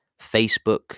Facebook